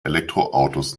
elektroautos